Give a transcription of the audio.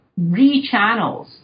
rechannels